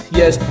yes